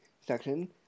section